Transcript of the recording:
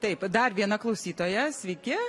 taip dar viena klausytoja sveiki